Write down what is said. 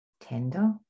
tender